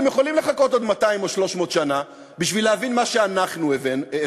אתם יכולים לחכות עוד 200 או 300 שנה בשביל להבין מה שאנחנו הבנו,